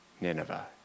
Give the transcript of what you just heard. Nineveh